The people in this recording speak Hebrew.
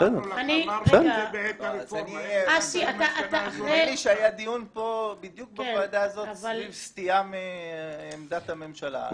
נדמה לי שהיה פה דיון בדיוק בוועדה הזאת סביב סטייה מעמדת הממשלה,